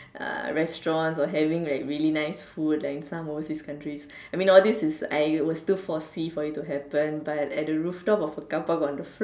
a restaurants or having like really nice food like in some overseas countries I mean like all these is I'll still foresee for it to happen but at a rooftop of a car Park on the